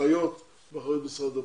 אחיות באחריות משרד הבריאות.